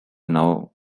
now